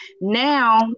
now